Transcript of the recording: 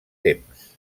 temps